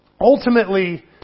ultimately